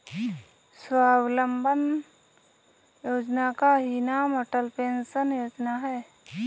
स्वावलंबन योजना का ही नाम अटल पेंशन योजना है